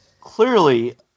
Clearly